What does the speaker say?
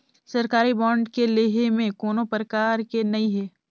सरकारी बांड के लेहे में कोनो परकार के नइ हे